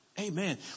Amen